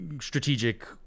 strategic